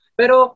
pero